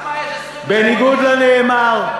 בניגוד לנאמר,